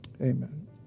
Amen